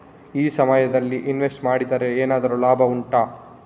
ಈ ಸಮಯದಲ್ಲಿ ಇನ್ವೆಸ್ಟ್ ಮಾಡಿದರೆ ಏನಾದರೂ ಲಾಭ ಉಂಟಾ